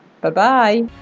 Bye-bye